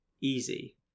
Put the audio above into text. easy